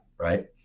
right